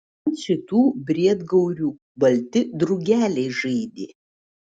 ant šitų briedgaurių balti drugeliai žaidė